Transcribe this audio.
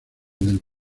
del